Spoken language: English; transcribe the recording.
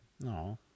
No